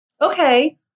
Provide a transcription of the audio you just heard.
Okay